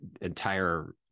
entire